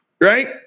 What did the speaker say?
right